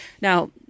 Now